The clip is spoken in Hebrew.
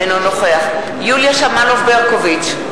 אינו נוכח יוליה שמאלוב-ברקוביץ,